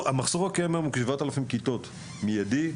המחסור הקיים כיום הוא כ-7,000 כיתות באופן מידי,